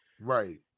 Right